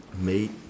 meat